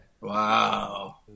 Wow